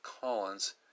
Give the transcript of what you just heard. Collins